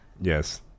Yes